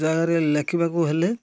ଜାଗାରେ ଲେଖିବାକୁ ହେଲେ